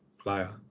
player